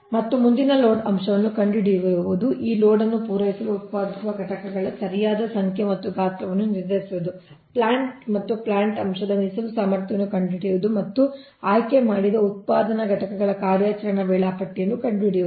ಮತ್ತು ಮುಂದಿನ ಲೋಡ್ ಅಂಶವನ್ನು ಕಂಡುಹಿಡಿಯುವುದು ಈ ಲೋಡ್ ಅನ್ನು ಪೂರೈಸಲು ಉತ್ಪಾದಿಸುವ ಘಟಕಗಳ ಸರಿಯಾದ ಸಂಖ್ಯೆ ಮತ್ತು ಗಾತ್ರವನ್ನು ನಿರ್ಧರಿಸುವುದು ಪ್ಲಾಂಟ್ ಮತ್ತು ಪ್ಲಾಂಟ್ ಅಂಶದ ಮೀಸಲು ಸಾಮರ್ಥ್ಯವನ್ನು ಕಂಡುಹಿಡಿಯುವುದು ಮತ್ತು ಆಯ್ಕೆಮಾಡಿದ ಉತ್ಪಾದನಾ ಘಟಕಗಳ ಕಾರ್ಯಾಚರಣಾ ವೇಳಾಪಟ್ಟಿಯನ್ನು ಕಂಡುಹಿಡಿಯುವುದು